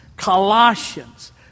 Colossians